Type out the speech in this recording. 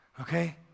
Okay